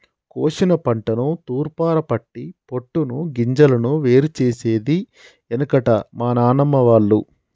కోశిన పంటను తూర్పారపట్టి పొట్టును గింజలను వేరు చేసేది ఎనుకట మా నానమ్మ వాళ్లు